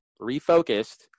refocused